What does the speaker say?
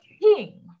king